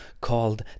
called